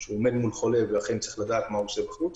שהוא עומד מול חולה והוא צריך לדעת מה הוא עושה בחוץ